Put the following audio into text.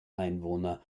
einwohner